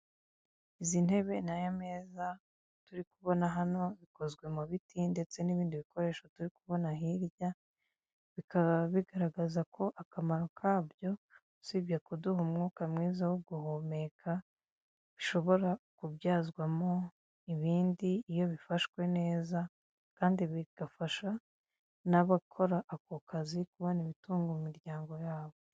Uyu ni umuhanda wa kaburimbo ugendwamo mu byerekezo byombi, harimo imodoka nini iri kugenda ifite irange ry'umweru.